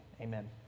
amen